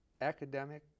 academic